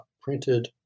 printed